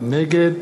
נגד